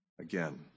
again